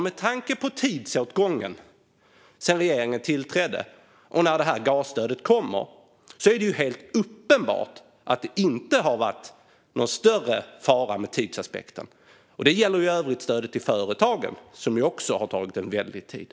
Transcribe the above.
Med tanke på tidsåtgången mellan att regeringen tillträde och när gasstödet kommer är det uppenbart att det inte har varit någon större fara när det gäller tidsaspekten. Det gäller för övrigt även stöden till företagen, som också har tagit lång tid.